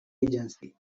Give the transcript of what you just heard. agency